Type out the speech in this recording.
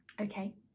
okay